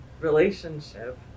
relationship